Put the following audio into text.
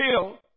kill